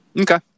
okay